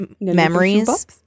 memories